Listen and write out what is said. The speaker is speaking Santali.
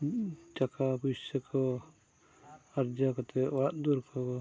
ᱴᱟᱠᱟ ᱯᱚᱭᱥᱟ ᱠᱚ ᱟᱨᱡᱟᱣ ᱠᱟᱛᱮᱫ ᱚᱲᱟᱜ ᱫᱩᱣᱟᱹᱨ ᱠᱚ